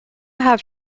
have